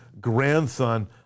grandson